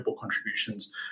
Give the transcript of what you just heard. contributions